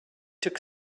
took